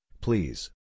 please